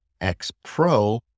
XPro